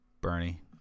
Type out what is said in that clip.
Bernie